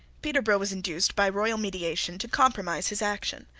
peterborough was induced, by royal mediation, to compromise his action.